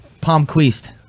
Palmquist